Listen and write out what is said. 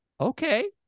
Okay